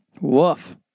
Woof